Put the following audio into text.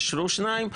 אישור שניים,